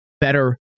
better